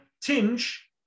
tinge